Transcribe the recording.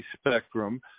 spectrum